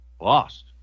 lost